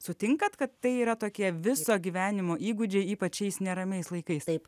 sutinkate kad tai yra tokie viso gyvenimo įgūdžiai ypač šiais neramiais laikais taip